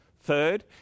Third